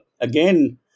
again